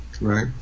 right